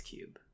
Cube